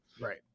right